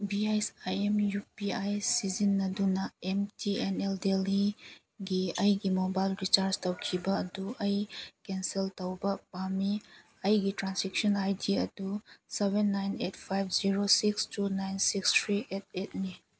B S I M U P I ꯁꯤꯖꯤꯟꯅꯗꯨꯅ M T N L ꯗꯦꯜꯂꯤꯒꯤ ꯑꯩꯒꯤ mobile recharge ꯇꯧꯈꯤꯕ ꯑꯗꯨ ꯑꯩ ꯀꯦꯟꯁꯦꯜ ꯇꯧꯕ ꯄꯥꯝꯃꯤ ꯑꯩꯒꯤ ꯇ꯭ꯔꯥꯟꯖꯦꯛꯁꯟ ꯑꯥꯏ ꯗꯤ ꯑꯗꯨ seven nine eight five zero six two nine six three eight ꯑꯩꯠꯅꯤ